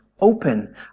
open